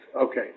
Okay